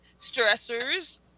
stressors